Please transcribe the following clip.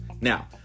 now